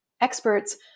Experts